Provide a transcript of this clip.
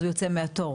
אז הוא יוצא מהתור,